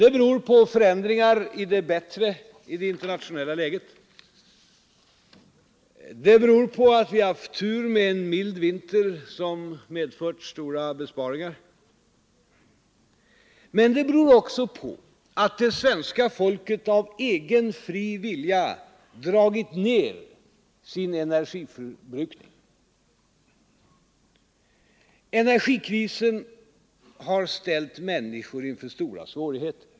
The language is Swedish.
Det beror på förändringar till det bättre i det internationella läget. Det beror på att vi har haft tur med en mild vinter, som har medfört stora besparingar. Men det beror också på att det svenska folket av egen fri vilja dragit ned sin energiförbrukning. Energikrisen har ställt människor inför stora svårigheter.